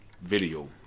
video